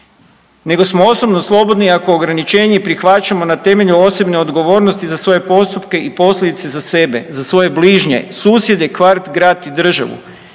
nego smo osobno slobodni ako ograničenje prihvaćamo na temelju osobne odgovornosti za svoje postupke i posljedice za sebe, za svoje bližnje, susjede, kvart, grad i državu.